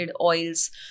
oils